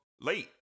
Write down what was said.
late